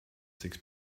six